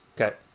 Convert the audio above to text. Okay